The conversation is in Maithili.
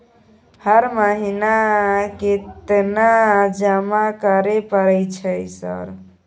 हर महीना केतना जमा करे परय छै सर?